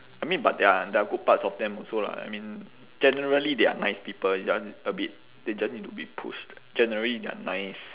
I mean but there are there are good parts of them also lah I mean generally they are nice people it's just a bit they just need to be pushed generally they are nice